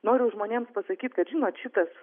noriu žmonėms pasakyt kad žinot šitas